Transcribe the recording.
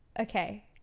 Okay